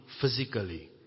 physically